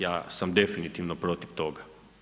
Ja sam definitivno protiv toga.